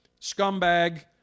scumbag